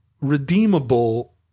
redeemable